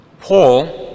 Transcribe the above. Paul